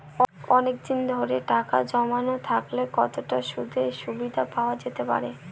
অনেকদিন ধরে টাকা জমানো থাকলে কতটা সুদের সুবিধে পাওয়া যেতে পারে?